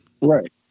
Right